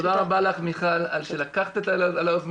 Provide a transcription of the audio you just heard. תודה רבה לך מיכל על שלקחת את היוזמה,